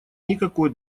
никакой